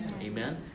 Amen